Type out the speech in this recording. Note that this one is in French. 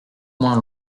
moins